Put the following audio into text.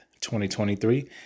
2023